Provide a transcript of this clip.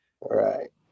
Right